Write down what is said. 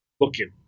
looking